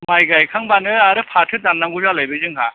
माइ गाइखांबानो आरो फाथो दाननांगौ जालायबाय जोंहा